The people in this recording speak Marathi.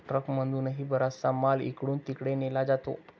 ट्रकमधूनही बराचसा माल इकडून तिकडे नेला जातो